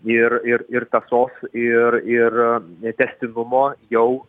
ir ir ir tąsos ir ir tęstinumo jau o